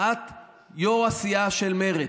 את יו"ר הסיעה של מרצ,